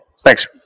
Thanks